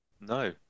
no